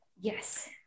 yes